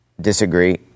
disagree